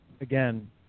again